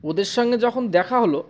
ওদের সঙ্গে যখন দেখা হলো